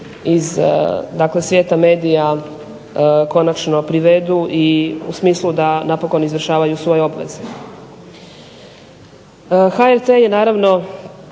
iz svijeta medija konačno privedu u smislu da konačno ispunjavanju svoje obveze. HRT je naravno